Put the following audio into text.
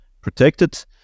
protected